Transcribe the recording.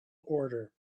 order